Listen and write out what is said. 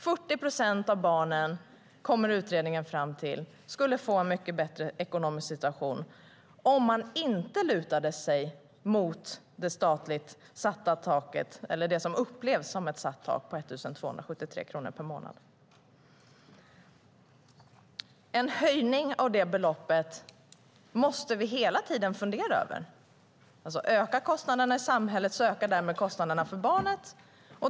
Utredningen kommer fram till att 40 procent av barnen skulle få en mycket bättre ekonomisk situation om man inte lutade sig mot det som upplevs som ett satt tak på 1 273 kronor per månad. En höjning av det beloppet måste vi hela tiden fundera över. Ökar kostnaderna i samhället, så ökar därmed kostnaderna för barnet.